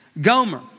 Gomer